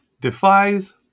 defies